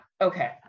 okay